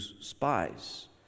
spies